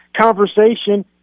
conversation